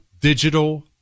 Digital